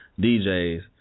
DJs